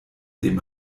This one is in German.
dem